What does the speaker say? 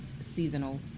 seasonal